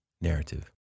narrative